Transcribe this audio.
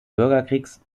bürgerkriegs